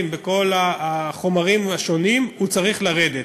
בכל החומרים השונים שהם צריכים לרדת.